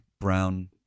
brown